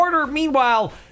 Meanwhile